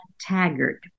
Taggart